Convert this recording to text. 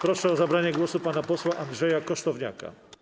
Proszę o zabranie głosu pana posła Andrzeja Kosztowniaka.